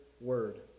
word